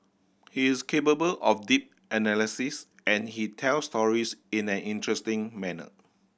he is capable of deep analysis and he tells stories in an interesting manner